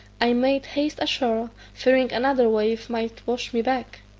i made haste ashore, fearing another wave might wash me back.